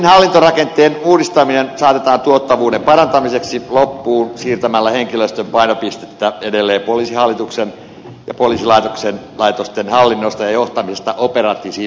poliisin hallintorakenteen uudistaminen saatetaan tuottavuuden parantamiseksi loppuun siirtämällä henkilöstön painopistettä edelleen poliisihallituksen ja poliisilaitosten hallinnosta ja johtamisesta operatiiviseen toimintaan